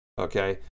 Okay